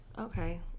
Okay